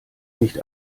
nicht